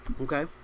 Okay